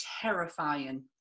terrifying